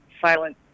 silent